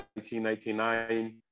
1999